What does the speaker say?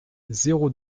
zéro